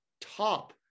top